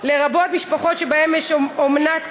לרבות משפחות שבהן יש אומנת קרובים,